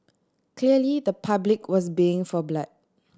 clearly the public was baying for blood